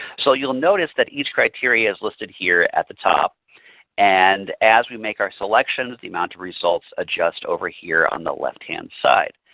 so you will notice that each criteria is listed here at the top and as we make our selections the amount of results adjust over here on the left-hand side.